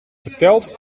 vertelt